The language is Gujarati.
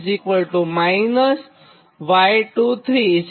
255 j 18